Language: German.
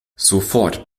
sofort